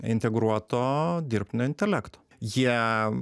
integruoto dirbtinio intelekto jie